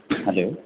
hello